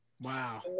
Wow